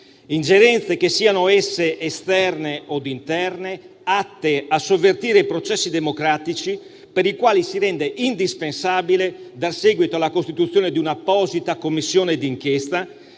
ingerenze - siano esse esterne o interne - atte a sovvertire i processi democratici, per le quali si rende indispensabile dar seguito alla costituzione di un'apposita Commissione d'inchiesta,